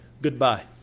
goodbye